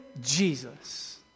Jesus